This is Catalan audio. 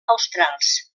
australs